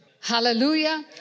Hallelujah